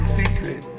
secret